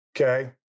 Okay